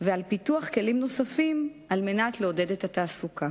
ועל פיתוח כלים נוספים על מנת לעודד את התעסוקה.